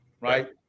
Right